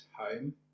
home